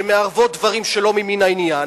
שמערבות דברים שלא ממין העניין,